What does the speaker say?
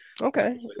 Okay